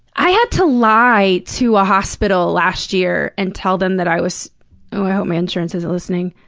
i had to lie to a hospital last year and tell them that i was ah i hope my insurance isn't listening.